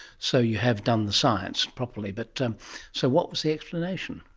so you have done the science properly. but um so what was the explanation?